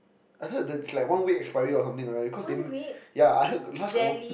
I heard the is like one week expiry or something right cause they yea I heard got yhis one got more